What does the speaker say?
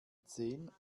zehn